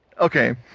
Okay